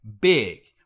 big